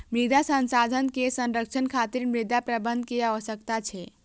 मृदा संसाधन के संरक्षण खातिर मृदा प्रबंधन के आवश्यकता छै